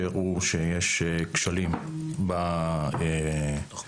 שהראו שיש כשלים בפיקוח,